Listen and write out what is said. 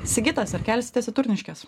sigitas ar kelsitės į turniškes